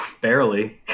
barely